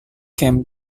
came